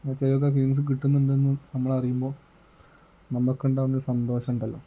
ചിലർക്കാ feelings കിട്ടുന്നുണ്ടെന്ന് നമ്മളറിയുമ്പോൾ നമുക്കുണ്ടാകുന്ന സന്തോഷമുണ്ടല്ലോ